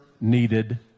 needed